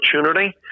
opportunity